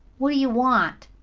what do you want?